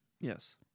yes